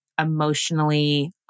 emotionally